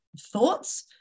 thoughts